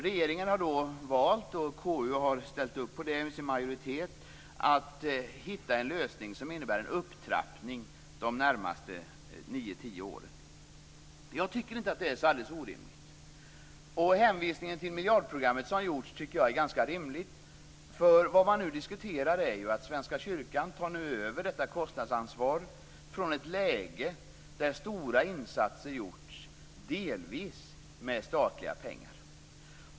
Regeringen har valt - och KU:s majoritet har ställt upp på det - att hitta en lösning som innebär en upptrappning de närmaste nio tio åren. Jag tycker inte att det är så alldeles orimligt. Jag tycker att den hänvisning till miljardprogrammet som har gjorts är ganska rimlig. Nu diskuterar man ju att Svenska kyrkan tar över detta kostnadsansvar i ett läge där stora insatser gjorts delvis med statliga pengar.